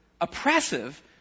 oppressive